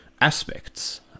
aspects